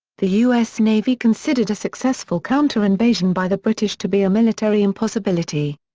the us navy considered a successful counter-invasion by the british to be a military impossibility.